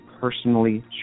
personally